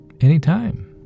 anytime